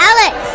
Alex